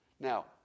Now